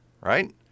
right